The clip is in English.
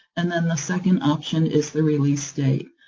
and then the second option is the release date.